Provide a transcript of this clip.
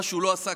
מה שהוא לא עשה,